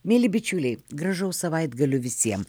mieli bičiuliai gražaus savaitgalio visiem